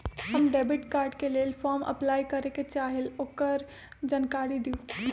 हम debit card के लेल फॉर्म अपलाई करे के चाहीं ल ओकर जानकारी दीउ?